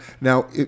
now